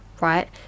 right